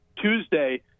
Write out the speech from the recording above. tuesday